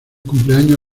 cumpleaños